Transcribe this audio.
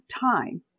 time